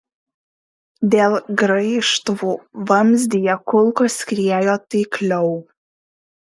dėl graižtvų vamzdyje kulkos skriejo taikliau